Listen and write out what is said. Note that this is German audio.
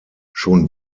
schon